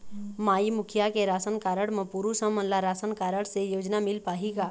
माई मुखिया के ration card म पुरुष हमन ला राशन कारड से योजना मिल पाही का?